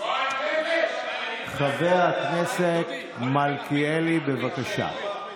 גועל נפש, גועל נפש, חבר הכנסת מלכיאלי, בבקשה.